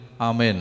Amen